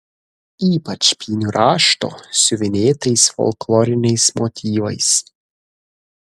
ypač pynių rašto siuvinėtais folkloriniais motyvais